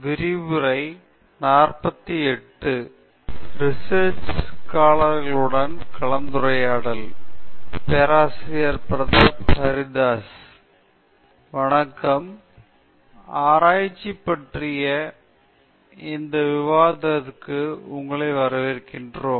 research சசோழர்களுடன் கலந்துரையாடல் பேராசிரியர் பிரதாப் ஹரிதாஸ் வணக்கம் ஆராய்ச்சி பற்றிய இந்த விவாதத்திற்கு உங்களை வரவேற்கிறோம்